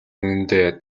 үнэндээ